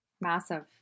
Massive